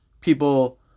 People